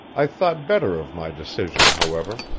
i thought better of my decision, however,